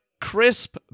crisp